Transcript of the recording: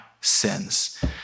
sins